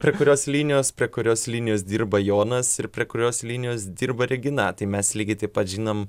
prie kurios linijos prie kurios linijos dirba jonas ir prie kurios linijos dirba regina tai mes lygiai taip pat žinom